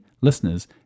listeners